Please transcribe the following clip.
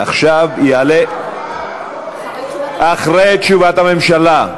עכשיו יעלה, לא, אחרי תשובת הממשלה.